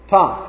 Tom